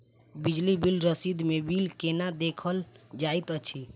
बिजली बिल रसीद मे बिल केना देखल जाइत अछि?